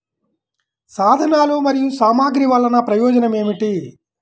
సాధనాలు మరియు సామగ్రి వల్లన ప్రయోజనం ఏమిటీ?